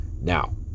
Now